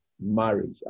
marriage